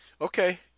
Okay